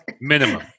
Minimum